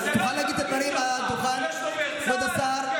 זה לא התפקיד שלך.